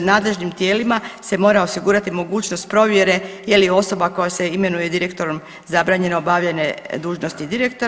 nadležnim tijelima se mora osigurati mogućnost provjere je li osoba koja se imenuje direktorom zabranjeno obavljanje dužnosti direktora.